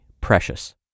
precious